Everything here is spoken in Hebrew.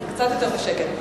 קצת יותר בשקט.